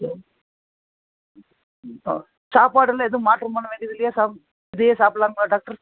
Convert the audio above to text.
சரி ம் ஆ சாப்பாடெல்லாம் எதுவும் மாற்றம் பண்ண வேண்டியதில்லையா சாப் இதையே சாப்பிட்லாமா டாக்டர்